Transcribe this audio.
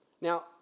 Now